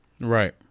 Right